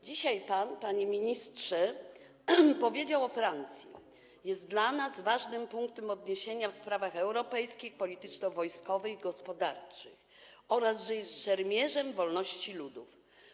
Dzisiaj pan, panie ministrze, powiedział o Francji, że jest dla nas ważnym punktem odniesienia w sprawach europejskich, polityczno-wojskowych i gospodarczych oraz że jest szermierzem wolności ludów.